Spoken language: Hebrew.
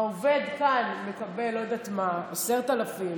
העובד כאן מקבל, לא יודעת מה, 10,000,